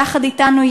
יחד אתנו,